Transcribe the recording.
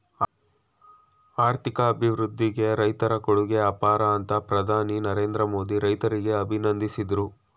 ಆರ್ಥಿಕ ಅಭಿವೃದ್ಧಿಗೆ ರೈತರ ಕೊಡುಗೆ ಅಪಾರ ಅಂತ ಪ್ರಧಾನಿ ನರೇಂದ್ರ ಮೋದಿ ರೈತರಿಗೆ ಅಭಿನಂದಿಸಿದರು